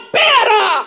better